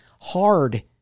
hard